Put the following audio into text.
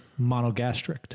monogastric